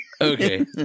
Okay